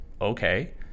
okay